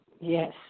yes